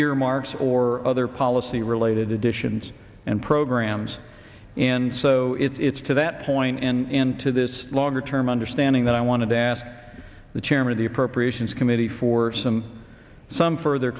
earmarks or other policy related additions and programs and so it's to that point and to this longer term understanding that i wanted to ask the chairman of the appropriations committee for some some further